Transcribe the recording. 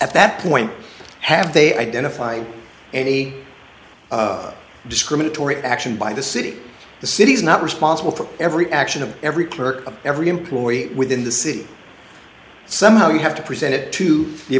at that point have they identify any discriminatory action by the city the city is not responsible for every action of every clerk of every employee within the city somehow you have to present it to the